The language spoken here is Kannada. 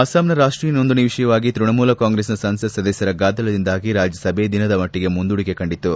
ಅಸ್ಲಾಂನ ರಾಷ್ಟೀಯ ನೋಂದಣಿ ವಿಷಯವಾಗಿ ತೃಣಮೂಲ ಕಾಂಗ್ರೆಸ್ನ ಸಂಸತ್ ಸದಸ್ವರ ಗದ್ದಲದಿಂದಾಗಿ ರಾಜ್ಯಸಭೆ ದಿನದ ಮಟ್ಟಿಗೆ ಮುಂದೂಡಿಕೆ ಕಂಡಿತು